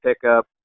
pickup